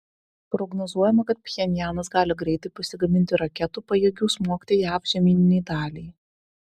prognozuojama kad pchenjanas gali greitai pasigaminti raketų pajėgių smogti jav žemyninei daliai